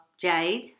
Jade